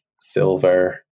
silver